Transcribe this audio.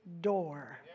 door